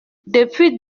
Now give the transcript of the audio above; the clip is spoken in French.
depuis